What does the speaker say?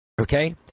Okay